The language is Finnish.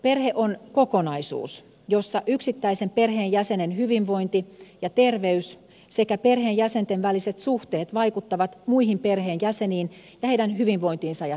perhe on kokonaisuus jossa yksittäisen perheenjäsenen hyvinvointi ja terveys sekä perheenjäsenten väliset suhteet vaikuttavat muihin perheenjäseniin ja heidän hyvinvointiinsa ja terveyteensä